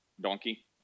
donkey